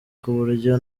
kuburyo